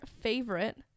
favorite